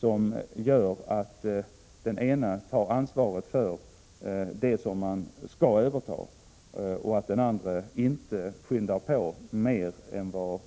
Det betyder att den ene tar ansvaret för det som man skall överta och att den andre inte skyndar på mer än vad